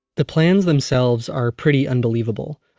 the plans themselves are pretty unbelievable.